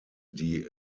die